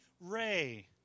ray